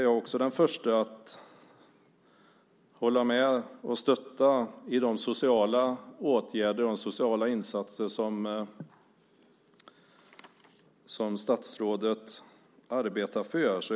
Jag är den förste att hålla med om och stötta de sociala åtgärder och insatser som statsrådet arbetar för.